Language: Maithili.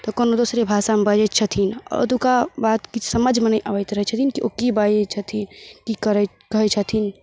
तऽ कोनो दोसरे भाषामे बजैत छथिन आओर ओतुक्का बात किछु समझमे नहि अबैत रहय छथिन जे ओ की बाजय छथिन की करय कहय छथिन